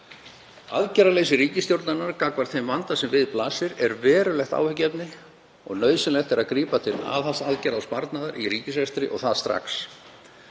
Aðgerðaleysi ríkisstjórnarinnar gagnvart þeim vanda sem við blasir er verulegt áhyggjuefni og nauðsynlegt er að grípa til aðhaldsaðgerða og sparnaðar í ríkisrekstri og það strax.